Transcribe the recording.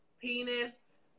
penis